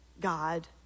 God